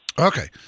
Okay